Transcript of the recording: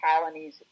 colonies